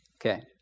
Okay